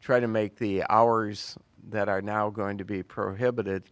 try to make the powers that are now going to be prohibited